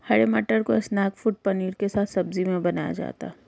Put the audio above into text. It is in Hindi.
हरे मटर को स्नैक फ़ूड पनीर के साथ सब्जी में बनाया जाता है